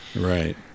Right